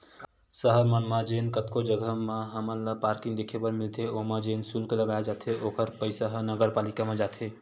सहर मन म जेन कतको जघा म हमन ल पारकिंग देखे बर मिलथे ओमा जेन सुल्क लगाए जाथे ओखर पइसा ह नगरपालिका म जाथे